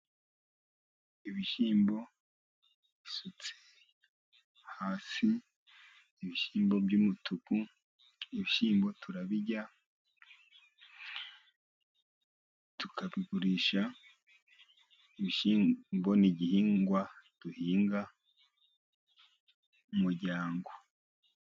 Ibishyimbo bisutse hasi, ibishyimbo by'umutuku ibishyimbo turabirya, tukabigurisha, ibishyimbo ni igihingwa duhinga mu muryango.